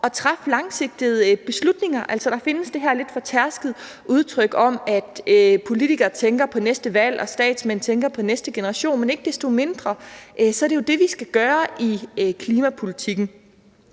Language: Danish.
at træffe langsigtede beslutninger. Altså, der findes det her lidt fortærskede udtryk om, at politikere tænker på næste valg og statsmænd tænker på næste generation, men ikke desto mindre er det jo det, vi skal gøre i forhold til klimapolitikken.